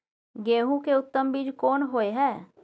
गेहूं के उत्तम बीज कोन होय है?